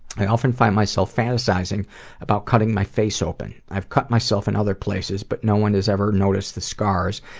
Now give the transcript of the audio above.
i often find myself fantasizing about cutting my face open. i've cut myself in other places, but no one has ever noticed the scars.